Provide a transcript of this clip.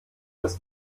ist